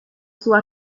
sua